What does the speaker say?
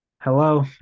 Hello